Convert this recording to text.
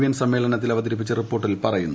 N സമ്മേളനത്തിൽ അവതരിപ്പിച്ച റിപ്പോർട്ടിൽ പറയുന്നു